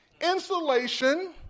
Insulation